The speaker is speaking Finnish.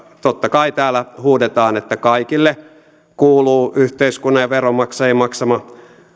totta kai täällä huudetaan että kaikille kuuluu yhteiskunnan ja veronmaksajien maksama